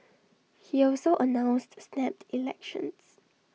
he also announced snap elections